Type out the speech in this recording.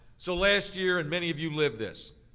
so last year, and many of you lived this,